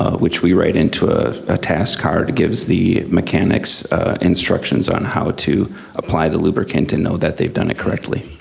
ah which we write into a ah task card, gives the mechanics instructions on how to apply the lubricant and know that they've done it correctly.